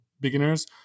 beginners